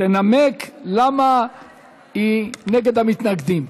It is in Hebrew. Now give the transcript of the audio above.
תנמק למה היא נגד המתנגדים.